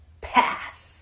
Pass